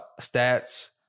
stats